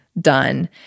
done